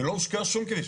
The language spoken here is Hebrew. ולא הושקע על שום כביש.